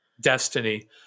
Destiny